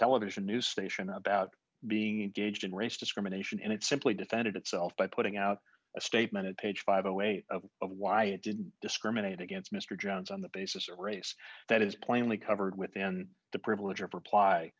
television news station about being engaged in race discrimination and it simply defended itself by putting out a statement of page five a way of why it didn't discriminate against mr jones on the basis of race that is plainly covered within the privilege of reply